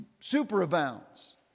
superabounds